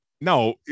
No